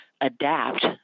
adapt